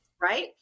right